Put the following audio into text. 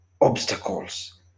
obstacles